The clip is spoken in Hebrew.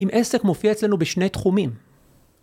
אם עסק מופיע אצלנו בשני תחומים